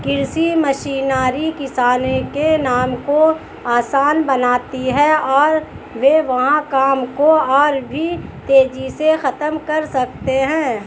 कृषि मशीनरी किसानों के काम को आसान बनाती है और वे वहां काम को और भी तेजी से खत्म कर सकते हैं